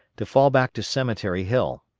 to fall back to cemetery hill.